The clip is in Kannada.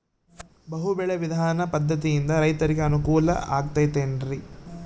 ಬಹು ಬೆಳೆ ವಿಧಾನ ಪದ್ಧತಿಯಿಂದ ರೈತರಿಗೆ ಅನುಕೂಲ ಆಗತೈತೇನ್ರಿ?